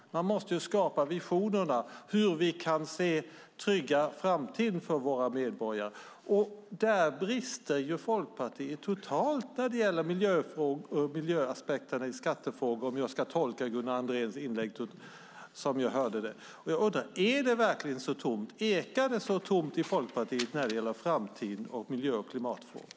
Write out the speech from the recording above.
Man måste skapa visioner för hur vi ska kunna trygga framtiden för våra medborgare. Folkpartiet brister totalt när det gäller miljöaspekterna i skattefrågor om jag tolkar Gunnar Andréns inlägg rätt. Är det verkligen så tomt? Ekar det så tomt i Folkpartiet när det gäller framtiden och miljö och klimatfrågor?